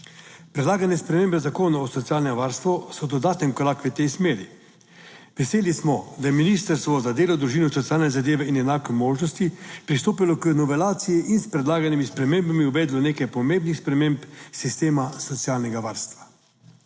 Predlagane spremembe Zakona o socialnem varstvu so dodaten korak v tej smeri. Veseli smo, da je Ministrstvo za delo, družino, socialne zadeve in enake možnosti pristopilo k novelaciji in s predlaganimi spremembami uvedlo nekaj pomembnih sprememb sistema socialnega varstva.